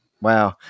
wow